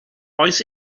oes